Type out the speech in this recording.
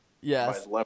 Yes